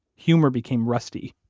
humor became rusty.